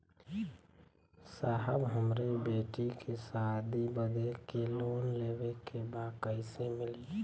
साहब हमरे बेटी के शादी बदे के लोन लेवे के बा कइसे मिलि?